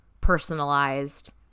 personalized